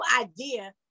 idea